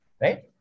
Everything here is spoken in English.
right